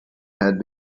had